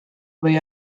või